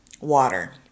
water